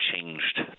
changed